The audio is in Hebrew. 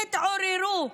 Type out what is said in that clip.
תתעוררו.